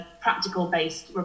practical-based